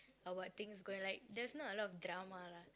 about things going like there's not a lot of drama lah